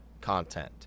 content